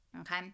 Okay